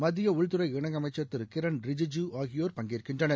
மத்திய உள்துறை இணை அமைச்சர் திரு கிரண் ரிஜிஜூ ஆகியோர் பங்கேற்கின்றனர்